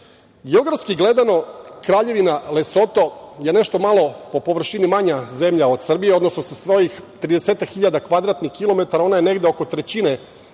gledano Kraljevina Lesoto je nešto malo po površini manja zemlja od Srbije, odnosno sa svojih tridesetak hiljada kvadratnih kilometara ona je negde oko trećine